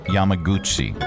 Yamaguchi